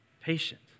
Patient